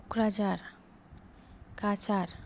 Kokrajhar Kasar